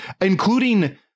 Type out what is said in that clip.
including